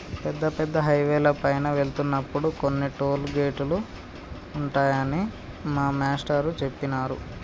పెద్ద పెద్ద హైవేల పైన వెళ్తున్నప్పుడు కొన్ని టోలు గేటులుంటాయని మా మేష్టారు జెప్పినారు